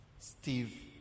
Steve